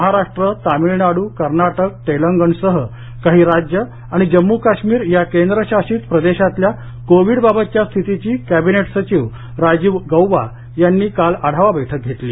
महाराष्ट्र तामिळनाडू कर्नाटक तेलंगणसह काही राज्य आणि जम्मू काश्मीर या केंद्रशासित प्रदेशातल्या कोविडबाबतच्या स्थितीचा कॅबिनेट सचिव राजीव गौबा यांनी काल आढावा घेतला